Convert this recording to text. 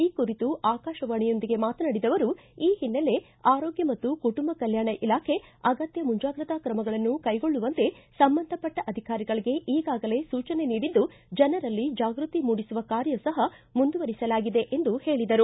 ಈ ಕುರಿತು ಆಕಾಶವಾಣಿಯೊಂದಿಗೆ ಮಾತನಾಡಿದ ಅವರು ಈ ಹಿನ್ನೆಲೆ ಆರೋಗ್ಯ ಮತ್ತು ಕುಟುಂಬ ಕಲ್ಕಾಣ ಇಲಾಖೆ ಅಗತ್ಯ ಮುಂಜಾಗ್ರತಾ ಕ್ರಮಗಳನ್ನು ಕೈಗೊಳ್ಳುವಂತೆ ಸಂಬಂಧಪಟ್ಟ ಅಧಿಕಾರಿಗಳಿಗೆ ಈಗಾಗಲೇ ಸೂಚನೆ ನೀಡಿದ್ದು ಜನರಲ್ಲಿ ಜಾಗೃತಿ ಮೂಡಿಸುವ ಕಾರ್ಯ ಸಹ ಮುಂದುವರಿಸಲಾಗಿದೆ ಎಂದು ಹೇಳಿದರು